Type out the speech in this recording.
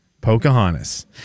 Pocahontas